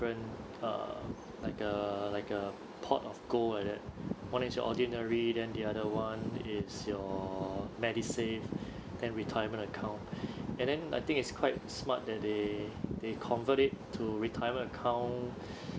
different uh like a like a pot of gold like that [one] is your ordinary then the other [one] is your MediSave and retirement account and then I think it's quite smart that they they convert it to retirement account